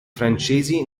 francesi